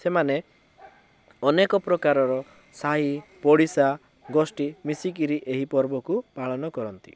ସେମାନେ ଅନେକ ପ୍ରକାରର ସାହିପଡ଼ିଶା ଗୋଷ୍ଠୀ ମିଶିକରି ଏହି ପର୍ବକୁ ପାଳନ କରନ୍ତି